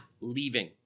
leaving